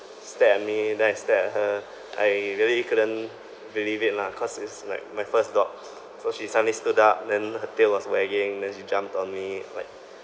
stare at me then I stare at her I really couldn't believe it lah cause it's like my first dog so she suddenly stood up then her tail was wagging then she jumped on me like